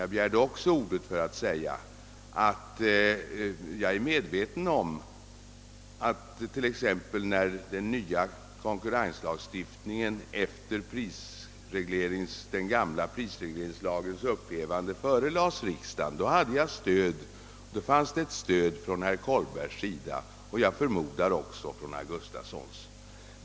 Jag begärde ordet också för att säga att jag är medveten om att när t.ex. den nya konkurrenslagstiftningen, efter den gamla prisregleringslagens upphävande, förelades riksdagen så fick den ett stöd från herr Kollbergs sida och jag förmodar även från herr Gustafsons.